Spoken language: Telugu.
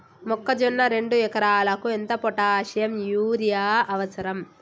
మొక్కజొన్న రెండు ఎకరాలకు ఎంత పొటాషియం యూరియా అవసరం?